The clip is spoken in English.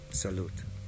Salute